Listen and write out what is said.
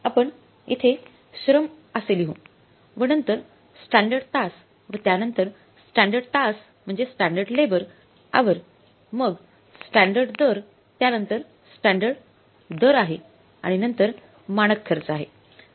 आपण येथे श्रम आसे लिहू व नंतर स्टँडर्ड तास व त्यांनतर स्टँडर्ड तास म्हणजे स्टँडर्ड लेबर हावर मग स्टँडर्ड दर त्यांनतर स्टँडर्ड दर आहे आणि नंतर मानक खर्च आहे